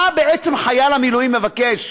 מה בעצם חייל המילואים מבקש,